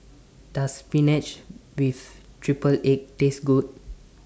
Does Spinach with Triple Egg Taste Good